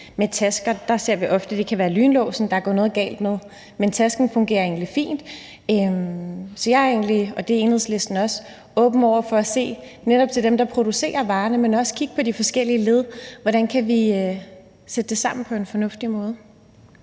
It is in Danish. Med tasker ser vi ofte, det kan være lynlåsen, der er gået noget galt med, men at tasken egentlig fungerer fint. Så jeg er egentlig, og det er Enhedslisten også, åben over for at se på det netop i forhold til dem, der producerer varerne, men også at kigge på de forskellige led, og hvordan vi kan sætte det sammen på en fornuftig måde.